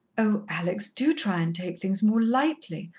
oh, alex, do try and take things more lightly.